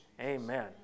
Amen